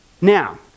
Now